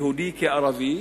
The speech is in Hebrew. יהודי כערבי,